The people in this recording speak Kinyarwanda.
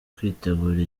kwitegura